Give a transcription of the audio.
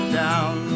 down